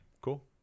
Cool